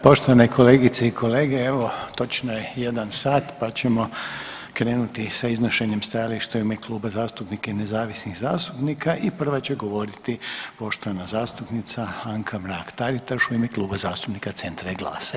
Poštovane kolegice i kolege evo točno je 1 sat pa ćemo krenuti sa iznošenjem stajališta u ime kluba zastupnika i nezavisnih zastupnika i prva će govoriti poštovana zastupnica Anka Mrak Taritaš u ime Kluba zastupnika Centra i GLAS-a.